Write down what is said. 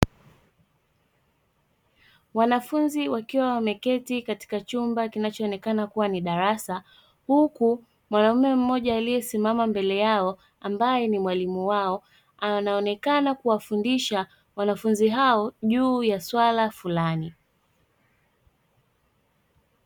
Wanafunzi wakiwa wameketi katika chumba kinachoonekana kuwa ni darasa, huku mwanaume mmoja aliyesimama mbele yao ambaye ni mwalimu wao, anaonekana kuwafundisha wanafunzi hao juu ya swala fulani.